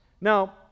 Now